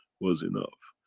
was enough.